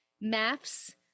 Maps